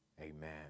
Amen